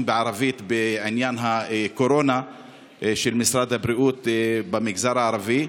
בערבית בעניין הקורונה במגזר הערבי.